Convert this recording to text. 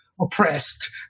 oppressed